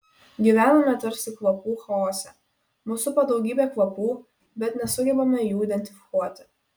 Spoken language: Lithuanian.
gyvename tarsi kvapų chaose mus supa daugybė kvapų bet nesugebame jų identifikuoti